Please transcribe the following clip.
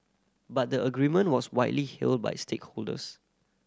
but the agreement was widely hailed by stakeholders